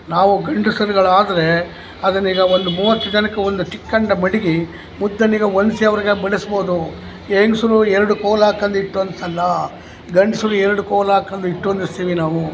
ನಾವು ಗಂಡಸ್ರುಗಳು ಆದರೆ ಅದನ್ನ ಈಗ ಒಂದು ಮೂವತ್ತು ಜನಕ್ಕೆ ಒಂದು ತಿಕ್ಕಂಡ ಮಡುಗಿ ಉದ್ದಣಿಗ ಹೊಂದ್ಸಿ ಅವರಿಗೆ ಬಡಿಸ್ಬೋದು ಹೆಂಗ್ಸ್ರು ಎರಡು ಕೋಲು ಹಾಕೊಂಡು ಇಟ್ಟು ಒಂದ್ಸಲ ಗಂಡಸ್ರು ಎರಡು ಕೋಲು ಹಾಕೊಂಡು ಇಟ್ಟು ಹೊಂದಿಸ್ತೀವಿ ನಾವು